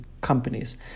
companies